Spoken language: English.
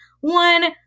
one